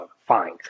fine